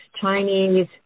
Chinese